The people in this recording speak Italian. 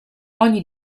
ogni